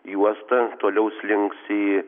juosta toliau slinks į